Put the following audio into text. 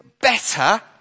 better